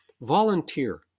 volunteer